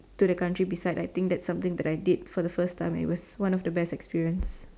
to the country beside I think that's something that I did for the first time it was one of the best experience